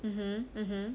mmhmm mmhmm